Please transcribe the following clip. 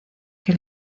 que